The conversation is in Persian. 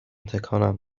تکانم